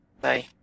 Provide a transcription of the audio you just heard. Bye